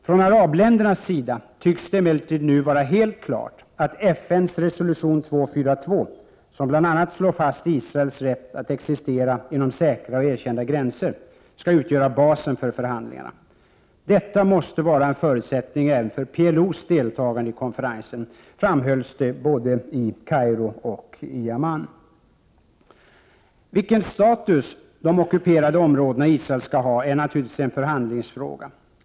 Från arabländernas sida tycks det nu emellertid vara helt klart att FN:s resolution 242, som bl.a. slår fast Israels rätt att existera inom säkra och erkända gränser, skall utgöra basen för förhandlingarna. Detta måste vara en förutsättning även för PLO:s deltagande i konferensen, framhölls det både i Kairo och i Amman. Vilken status de ockuperade områdena i Israel skall ha är naturligtvis en förhandlingsfråga.